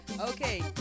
Okay